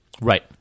Right